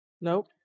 nope